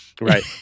Right